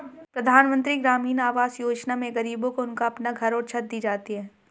प्रधानमंत्री ग्रामीण आवास योजना में गरीबों को उनका अपना घर और छत दी जाती है